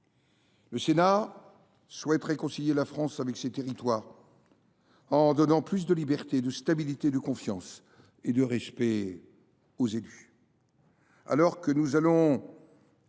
Le Sénat souhaite réconcilier la France avec ses territoires en donnant plus de liberté, de stabilité, de confiance et de respect aux élus.